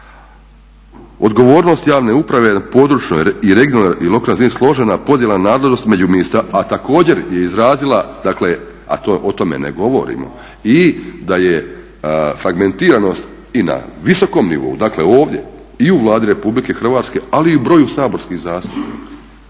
Odgovornost javne uprave na područnoj i regionalnoj i lokalnoj razini složena podjela nadležnosti među … a također je izrazila dakle, a o tome ne govorimo, i da je fragmentiranost i na visokom nivou, dakle ovdje i u Vladi Republike Hrvatske, ali i u broju saborskih zastupnika.